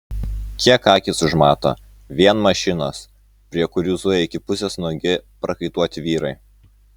kiek akys užmato vien mašinos prie kurių zuja iki pusės nuogi prakaituoti vyrai